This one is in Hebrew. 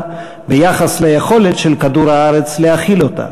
ביחס ליכולת של כדור-הארץ להכיל אותה,